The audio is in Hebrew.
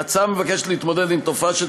ההצעה מבקשת להתמודד עם תופעה של